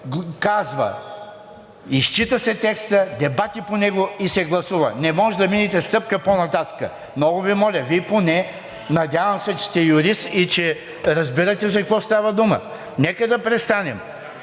казва: изчита се текстът, дебати по него и се гласува. Не можете да минете стъпка по-нататък. Много Ви моля, Вие поне, надявам се, че сте юрист и че разбирате за какво става дума. Нека да престанем.